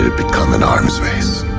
ah become an arms race,